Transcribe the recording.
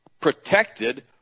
protected